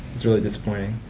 it's really disappointing.